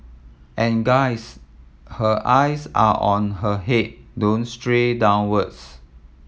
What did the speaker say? and guys her eyes are on her head don't stray downwards